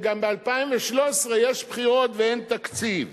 וגם ב-2013 יש בחירות ואין תקציב.